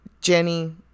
Jenny